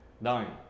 Nine